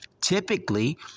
Typically